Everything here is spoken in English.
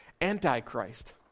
anti-Christ